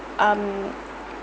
um